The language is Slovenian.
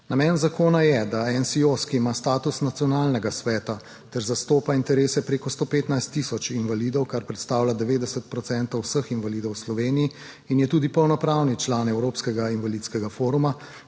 Namen zakona je, da NSIOS, ki ima status nacionalnega sveta ter zastopa interese prek 115 tisoč invalidov, kar predstavlja 90 % vseh invalidov v Sloveniji in je tudi polnopravni član Evropskega invalidskega foruma,